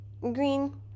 green